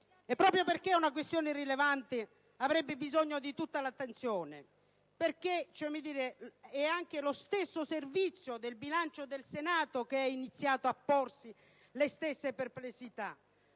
e proprio per questo avrebbe bisogno di tutta l'attenzione. È anche lo stesso Servizio del bilancio del Senato che ha iniziato a porsi le stesse perplessità.